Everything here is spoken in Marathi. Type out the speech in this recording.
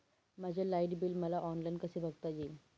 माझे लाईट बिल मला ऑनलाईन कसे बघता येईल?